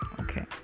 Okay